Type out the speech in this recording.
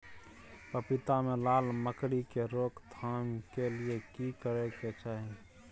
पपीता मे लाल मकरी के रोक थाम के लिये की करै के चाही?